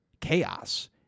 chaos